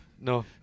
No